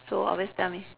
so always tell me